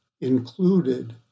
included